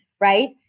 right